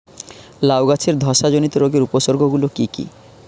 লাউ গাছের ধসা জনিত রোগের উপসর্গ গুলো কি কি?